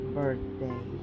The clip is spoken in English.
birthday